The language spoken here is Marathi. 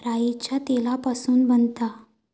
राईच्या तेलापासून बनता